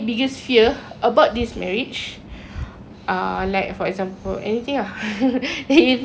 uh like for example anything ah that you think like ada ke apa biggest fear lah